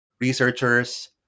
Researchers